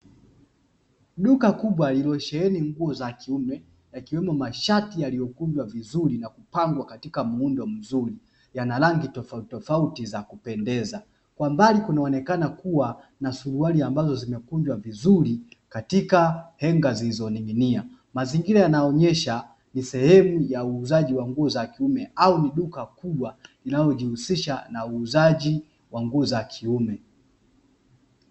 Duka kubwa lililosheheni nguo za kiume, yakiwemo mashati yaliyokunjwa vizuri na kupangwa katika muundo mzuri; yana rangi tofautitofauti za kupendeza. Kwa mbali kunaonekana kuwa na suruali ambazo zimekunjwa vizuri katika henga zilizoning'inia. Mazingira yanaonyesha ni sehemu ya uuzaji wa nguo za kiume au ni duka kubwa linalojihusisha na uuzaji wa nguo za kiume.